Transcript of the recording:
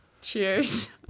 Cheers